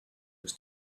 was